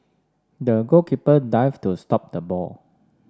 the goalkeeper dive to stop the ball